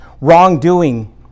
wrongdoing